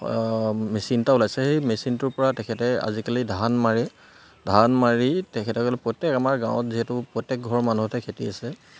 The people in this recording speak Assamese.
মেচিন এটা ওলাইছে সেই মেচিনটোৰ পৰা তেখেতে আজিকালি ধান মাৰে ধান মাৰি তেখেতসকলে প্ৰত্যেক আমাৰ গাঁৱত যিহেতু প্ৰত্যেক ঘৰৰ মানুহতে খেতি আছে